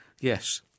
Yes